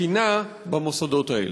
התקינה במוסדות האלה?